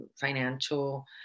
financial